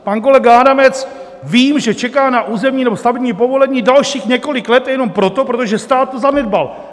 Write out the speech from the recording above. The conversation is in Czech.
Pan kolega Adamec vím, že čeká na územní nebo stavební povolení dalších několik let jenom proto, že stát to zanedbal.